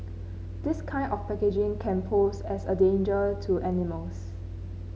this kind of packaging can pose as a danger to animals